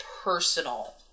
personal